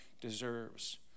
deserves